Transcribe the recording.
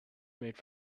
made